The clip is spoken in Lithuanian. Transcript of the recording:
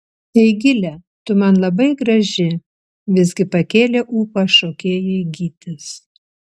eigile tu man labai graži visgi pakėlė ūpą šokėjai gytis